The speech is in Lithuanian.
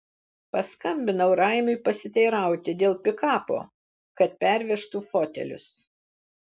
paskambinau raimiui pasiteirauti dėl pikapo kad pervežtų fotelius